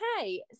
Okay